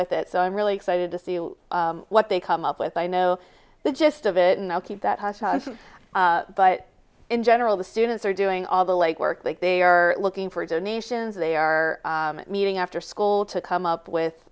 with it so i'm really excited to see you what they come up with i know the gist of it and i'll keep that but in general the students are doing all the legwork like they are looking for donations they are meeting after school to come up with